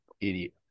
idiot